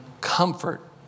comfort